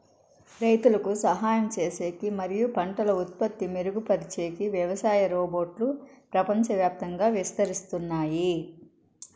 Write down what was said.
రైతులకు సహాయం చేసేకి మరియు పంటల ఉత్పత్తి మెరుగుపరిచేకి వ్యవసాయ రోబోట్లు ప్రపంచవ్యాప్తంగా విస్తరిస్తున్నాయి